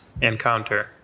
encounter